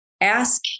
ask